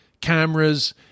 cameras